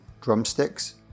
drumsticks